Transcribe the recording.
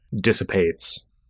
dissipates